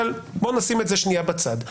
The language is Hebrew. אבל בוא נשים את זה שנייה בצד.